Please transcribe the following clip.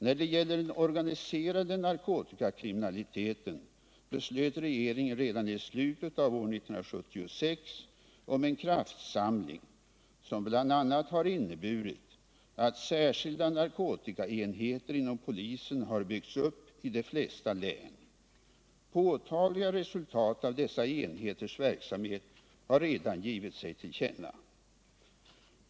När det gäller den organiserade narkotikakriminaliteten beslöt regeringen redan i slutet av år 1976 om en kraftsamling, som bl.a. har inneburit att särskilda narkotikaenheter inom polisen har byggts upp i de flesta län. Påtagliga resultat av dessa enheters verksamhet har redan gett sig till känna.